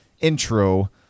intro